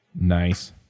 Nice